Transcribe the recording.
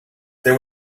there